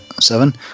seven